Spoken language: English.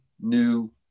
new